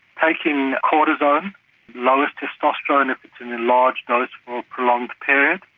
taking cortisone lowers testosterone if it's in a large dose for a prolonged period.